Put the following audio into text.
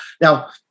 now